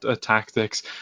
tactics